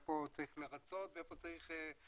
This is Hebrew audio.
איפה צריך לרצות ואיפה למחות.